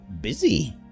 busy